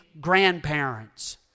grandparents